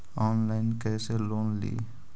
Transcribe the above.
Online कैसे loan ली?